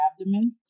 abdomen